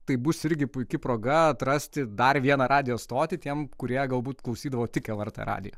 tai bus irgi puiki proga atrasti dar vieną radijo stotį tiem kurie galbūt klausydavo tik lrt radiją